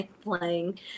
playing